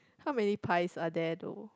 how many pies are there though